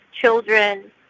children